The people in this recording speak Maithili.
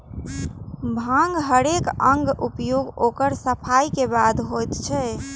भांगक हरेक अंगक उपयोग ओकर सफाइ के बादे होइ छै